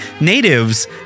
Natives